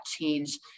change